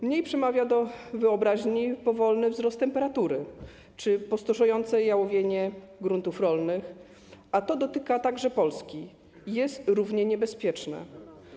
Mniej przemawia do wyobraźni powolny wzrost temperatury czy pustoszejące jałowienie gruntów rolnych, a to dotyka także Polski, jest równie niebezpieczne.